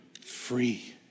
free